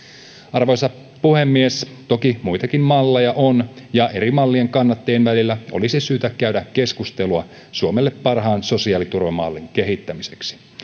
arvoisa puhemies toki muitakin malleja on ja eri mallien kannattajien välillä olisi syytä käydä keskustelua suomelle parhaan sosiaaliturvamallin kehittämiseksi